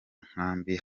nkambi